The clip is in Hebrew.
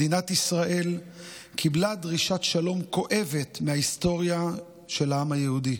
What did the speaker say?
מדינת ישראל קיבלה דרישת שלום כואבת מההיסטוריה של העם היהודי,